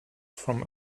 from